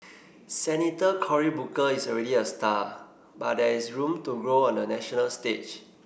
Senator Cory Booker is already a star but there is room to grow on the national stage